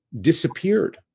disappeared